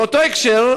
באותו הקשר,